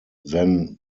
then